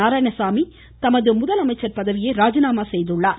நாராணயசாமி தமது முதலமைச்சர் பதவியை ராஜினாமா செய்துள்ளார்